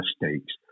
mistakes